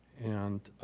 and